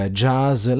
jazz